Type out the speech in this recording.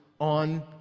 on